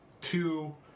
two